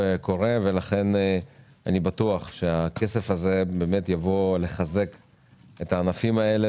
אני בטוח שהכסף הזה יחזק את הענפים האלה